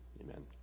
Amen